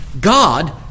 God